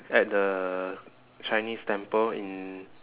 at the chinese temple in